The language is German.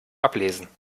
ablesen